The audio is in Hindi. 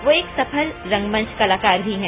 वे एक सफल रंगमंच कलाकार भी हैं